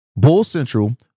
BULLCENTRAL